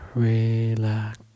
relax